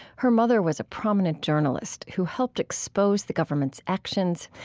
her mother was a prominent journalist who helped expose the government's actions.